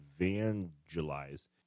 evangelize